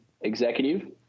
executive